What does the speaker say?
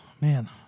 man